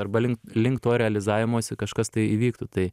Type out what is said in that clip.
arba link link to realizavimosi kažkas tai įvyktų tai